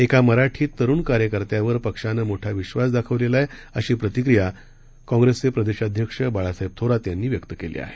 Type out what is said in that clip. एकामराठीतरुणकार्यकर्त्यावरपक्षानेमोठाविश्वासदाखवलेलाआहे अशी प्रतिक्रियाकॉप्रेसप्रदेशाध्यक्षबाळासाहेबथोरातयांनीव्यक्तकेलीआहे